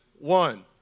one